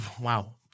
wow